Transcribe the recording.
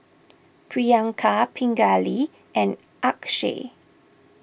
Priyanka Pingali and Akshay